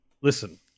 listen